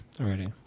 already